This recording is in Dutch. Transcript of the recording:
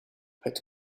het